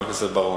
חבר הכנסת בר-און.